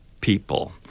people